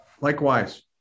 Likewise